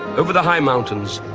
over the high mountains,